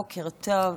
בוקר טוב.